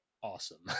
awesome